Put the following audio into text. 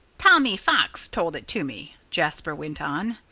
tommy fox told it to me, jasper went on,